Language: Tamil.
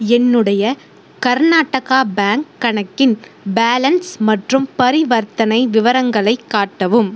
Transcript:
என்னுடைய கர்நாடகா பேங்க் கணக்கின் பேலன்ஸ் மற்றும் பரிவர்த்தனை விவரங்களை காட்டவும்